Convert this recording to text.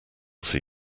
see